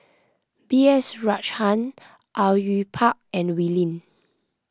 B S Rajhans Au Yue Pak and Wee Lin